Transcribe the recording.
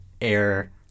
air